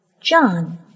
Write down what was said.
John